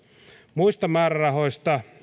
muista määrärahoista